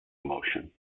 emotion